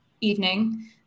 evening